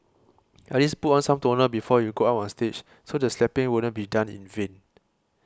at least put on some toner before you go up on stage so the slapping wouldn't be done in vain